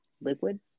liquid